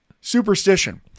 Superstition